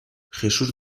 jesús